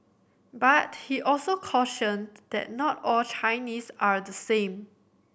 but he also cautioned that not all Chinese are the same